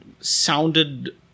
sounded